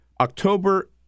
October